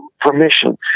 permission